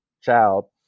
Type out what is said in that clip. child